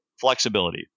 Flexibility